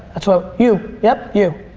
so you, yep. you.